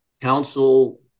council